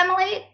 Emily